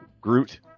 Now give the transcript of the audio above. Groot